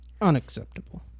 Unacceptable